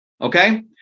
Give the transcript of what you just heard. Okay